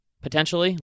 potentially